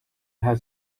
her